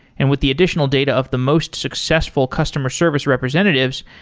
and with the additional data of the most successful customer service representatives,